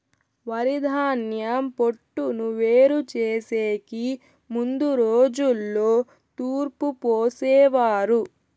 వరిధాన్యం పొట్టును వేరు చేసెకి ముందు రోజుల్లో తూర్పు పోసేవారు